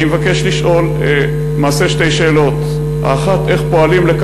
אני מבקש לשאול שתי שאלות: 1. איך פועלים